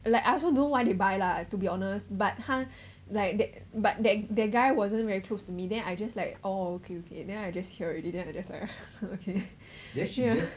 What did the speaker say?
like I also don't know why they buy lah to be honest but 他 like that but that the guy wasn't very close to me then I just like oh okay okay then I just hear already then I just like okay yeah